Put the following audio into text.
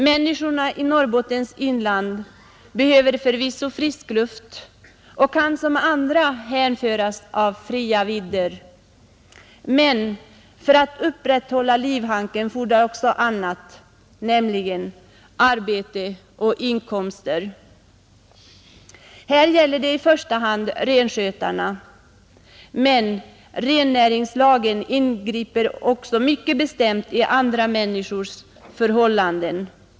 Människorna i Norrbottens inland behöver förvisso frisk luft och kan som andra hänföras av fria vidder, men för att upprätthålla livhanken fordras också annat, nämligen arbete och inkomster. Här gäller det i första hand renskötarna, men rennäringslagen ingriper mycket bestämt också i andra människors förhållanden.